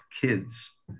kids